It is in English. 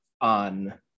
on